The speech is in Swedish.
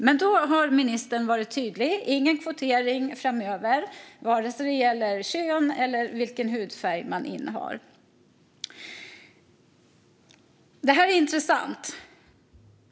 Men då har ministern varit tydlig: ingen kvotering framöver, vare sig när det gäller kön eller vilken hudfärg man har. Det här är intressant.